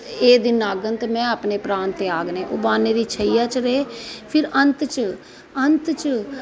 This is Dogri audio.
जिसले एह् दिन औंगन ते में अपने प्राण त्यागने बाणें दी शैय्या च रेह् फिर अंत च अंत च